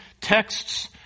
texts